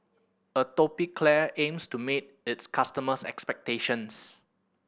Atopiclair aims to meet its customers' expectations